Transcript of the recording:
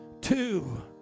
Two